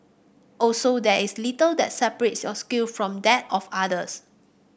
also there is little that separates your skill from that of others